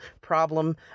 problem